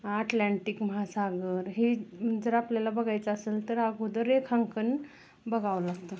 Atlantic महासागर हे जर आपल्याला बघायचं असेल तर अगोदर रेखांकन बघावं लागतं